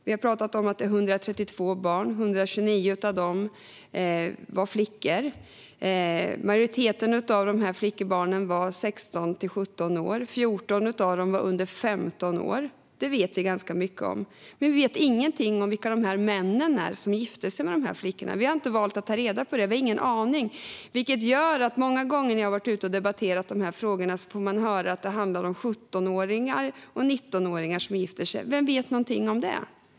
Vi har pratat om att det var 132 barn varav 129 flickor. Majoriteten av de här flickebarnen var 16-17 år. 14 av dem var under 15 år. Detta vet vi ganska mycket om. Men vi vet ingenting om vilka de män är som gifte sig med flickorna. Vi har inte valt att ta reda på det. Vi har ingen aning. Många gånger när jag har varit ute och debatterat de här frågorna har jag fått höra att det handlar om 17åringar som gifter sig med 19-åringar. Vem vet någonting om det?